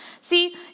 See